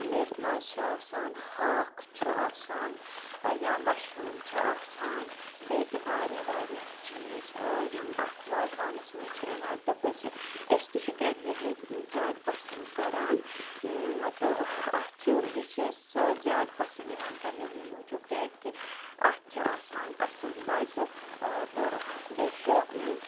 میتھۍ ماز چھِ آسان ہاکھ چھُ آسان یا مَشروٗم چھِ آسان بیٚیہِ تہِ واریاہ واریاہ چیٖز یِم اَتھ وازوانَس منٛز چھِ یِوان تہٕ بہٕ چھِ أسۍ تہِ چھِ گَرِ یِہٕے زیادٕ پَسنٛد کَران تہٕ اَتھ چھُ یہِ چھِ زیادٕ پَسنٛد یِوان کَرنہٕ ییٚمہِ موٗجُب کیٛازِ کہِ اَتھ چھِ آسان اَصٕل مَزٕ تہٕ بیٚیہِ چھِ